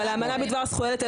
אבל האמנה בדבר זכויות הילד,